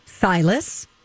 Silas